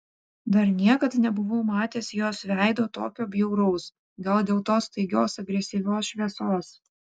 dar niekad nebuvau matęs jos veido tokio bjauraus gal dėl tos staigios agresyvios šviesos